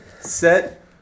set